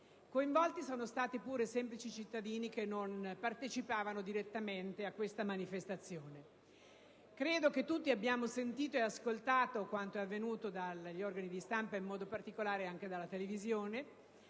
coinvolte, tra cui anche semplici cittadini che non partecipavano direttamente a tale manifestazione. Credo che tutti abbiano ascoltato quanto è avvenuto dagli organi di stampa e in modo particolare dai telegiornali.